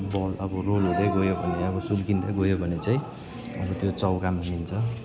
बल अब रोल हुँदै गयो भने अब सुल्किँदै गयो भने चाहिँ अब त्यो चौकामा लिन्छ